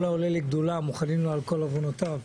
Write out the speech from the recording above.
כל העולה לגדולה מוחלים לו על כל עוונותיו.